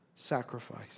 Sacrifice